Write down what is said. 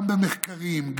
גם במחקרים,